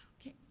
okay,